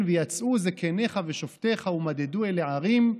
ויצאו זקניך ושופטיך ומדדו אל הערים".